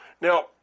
Now